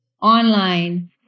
online